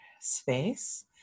space